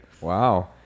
Wow